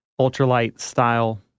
ultralight-style